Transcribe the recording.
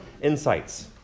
insights